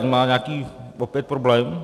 Má nějaký opět problém?